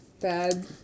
bad